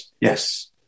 Yes